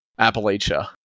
Appalachia